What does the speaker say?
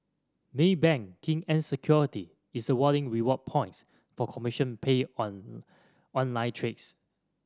Maybank Kim Eng Securities is awarding reward points for commission paid on online trades